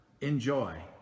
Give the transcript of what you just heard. Enjoy